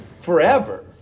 forever